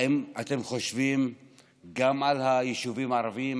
האם אתם חושבים גם על היישובים הערביים,